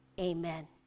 Amen